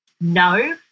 No